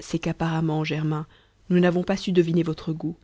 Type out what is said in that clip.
c'est qu'apparemment germain nous n'avons pas su deviner votre goût